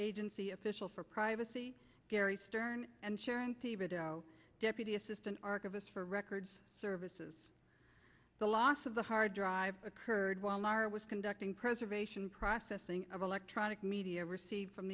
agency official for privacy gary stern and sharon deputy assistant archivist for records services the loss of the hard drive occurred while our was conducting preservation processing of electronic media received from